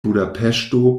budapeŝto